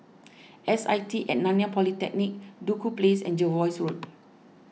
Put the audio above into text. S I T at Nanyang Polytechnic Duku Place and Jervois Road